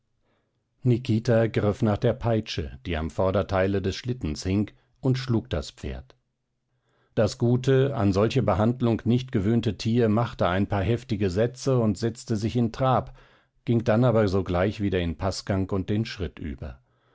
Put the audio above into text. nikita griff nach der peitsche die am vorderteile des schlittens hing und schlug das pferd das gute an solche behandlung nicht gewöhnte tier machte ein paar heftige sätze und setzte sich in trab ging dann aber sogleich wieder in paßgang und in schritt über